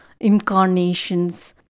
incarnations